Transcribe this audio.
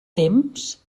temps